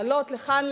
לעלות לכאן,